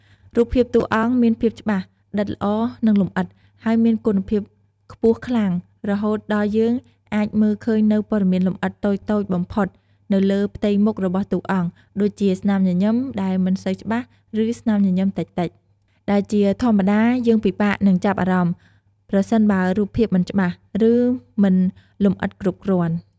រូបភាពតួអង្គមានភាពច្បាស់ ដិតល្អ និងលម្អិត ហើយមានគុណភាពខ្ពស់ខ្លាំង រហូតដល់យើងអាចមើលឃើញនូវព័ត៌មានលម្អិតតូចៗបំផុតនៅលើផ្ទៃមុខរបស់តួអង្គ ដូចជាស្នាមញញឹមដែលមិនសូវច្បាស់ ឬស្នាមញញឹមតិចៗ ដែលជាធម្មតាយើងពិបាកនឹងចាប់អារម្មណ៍ ប្រសិនបើរូបភាពមិនច្បាស់ ឬមិនលម្អិតគ្រប់គ្រាន់។